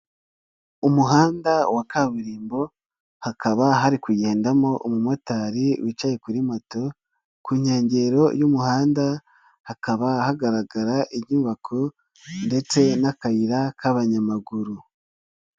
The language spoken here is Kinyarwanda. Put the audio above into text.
Umuhanda wa kaburimbo hakaba hari kugendamo umumotari wicaye kuri moto, ku nkengero y'umuhanda hakaba hagaragara inyubako ndetse n'akayira k'abanyamaguru.